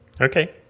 Okay